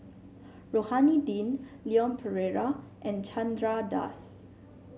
Rohani Din Leon Perera and Chandra Das